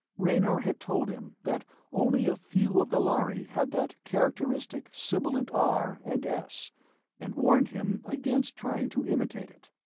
raynor had told him that only a few of the lhari had that characteristic sibilant r and s and warned him against trying to imitate it.